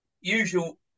usual